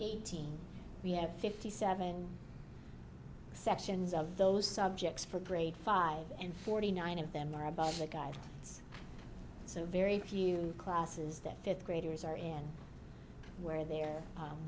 eighteen we have fifty seven sections of those subjects for grade five and forty nine of them are above the guidance so very few classes that fifth graders are in where they're